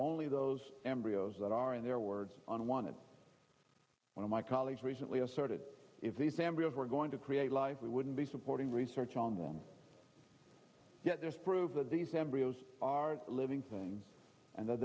only those embryos that are in their words on one of my colleagues recently asserted if these embryos were going to create life we wouldn't be supporting research on them yet there's proof that these embryos are living things and that